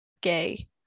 gay